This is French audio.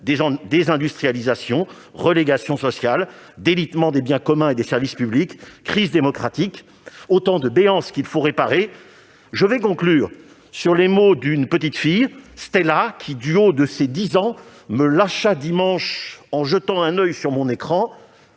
désindustrialisation, relégation sociale, délitement des biens communs et des services publics, crise démocratique ... Autant de béances qu'il faut réparer. Je conclurai sur les mots d'une petite fille, Stella, qui, du haut de ses 10 ans, m'a lâché dimanche, en jetant un coup d'oeil sur mon écran